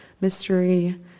mystery